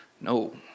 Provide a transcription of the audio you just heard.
No